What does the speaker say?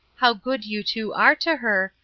how good you two are to her,